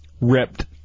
ripped